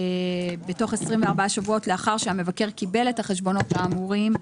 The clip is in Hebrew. בתוך 24 שבועות לאחר שהמבקר קיבל את החשבונות האמורים,